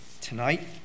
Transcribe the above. tonight